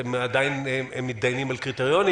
אתם עדין מתדיינים על קריטריונים?